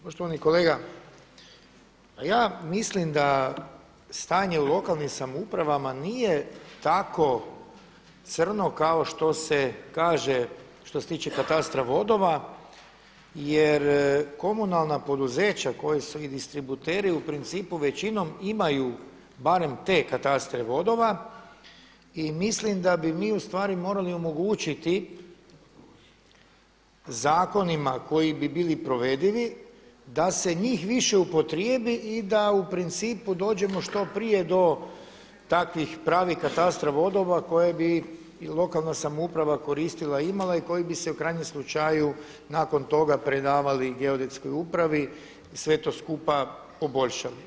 Poštovani kolega, pa ja mislim da stanje u lokalnim samoupravama nije tako crno kao što se kaže što se tiče katastra vodova jer komunalna poduzeća koji su i distributeri u principu većinom imaju barem te katastre vodova i mislim da bi mi morali omogućiti zakonima koji bi bili provedivi da se njih više upotrijebi i da u principu dođemo što prije do takvih pravih katastra vodova koje bi i lokalna samouprava koristila i imala i koji bi se u krajnjem slučaju nakon toga predali Geodetskoj upravi i sve to skupa poboljšali.